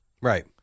Right